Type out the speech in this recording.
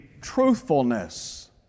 truthfulness